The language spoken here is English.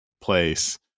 place